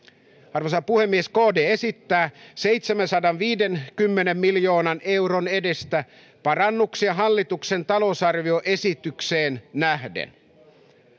arvoisa puhemies kd esittää seitsemänsadanviidenkymmenen miljoonan euron edestä parannuksia hallituksen talousarvioesitykseen nähden